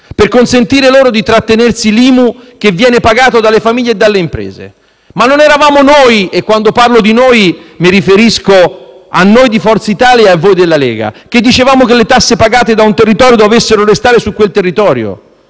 per consentire loro di trattenere l'IMU che viene pagata dalle famiglie e dalle imprese? Non eravamo noi - e quando parlo di noi, mi riferisco a noi di Forza Italia e a voi, colleghi della Lega - che dicevamo che le tasse pagate da un territorio dovessero restare su quel territorio